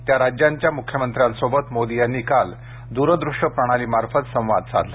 त्या राज्यांच्या मुख्यमंत्र्यांशी मोदी यांनी काल दुरदूष्य प्रणालीमार्फत संवाद साधला